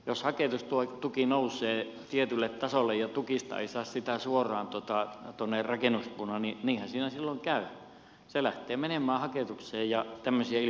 mutta jos haketustuki nousee tietylle tasolle ja tukista ei saa sitä suoraan rakennuspuuna niin niinhän siinä silloin käy se lähtee menemään haketukseen ja tämmöisiä ilmiöitä on